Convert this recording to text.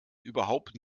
überhaupt